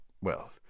Well